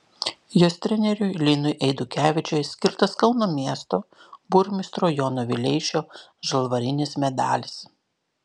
jos treneriui linui eidukevičiui skirtas kauno miesto burmistro jono vileišio žalvarinis medalis